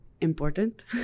important